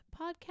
podcast